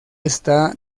está